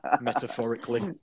metaphorically